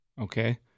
Okay